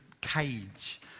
cage